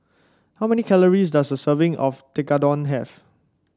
how many calories does a serving of Tekkadon have